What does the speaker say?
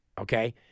Okay